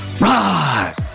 rise